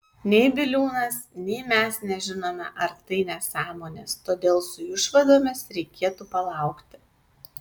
nei biliūnas nei mes nežinome ar tai nesąmonės todėl su išvadomis reikėtų palaukti